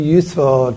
useful